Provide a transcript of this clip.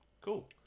cool